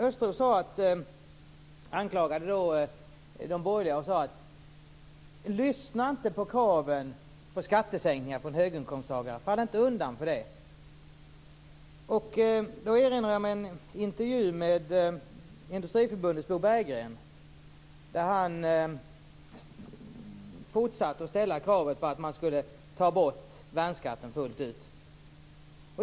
Östros anklagade de borgerliga och sade: Lyssna inte på kraven på skattesänkningar från höginkomsttagare! Fall inte undan för det! Jag erinrar mig då en intervju med Industriförbundets Bo Berggren, där han fortsatte att ställa kravet att ta bort värnskatten fullt ut.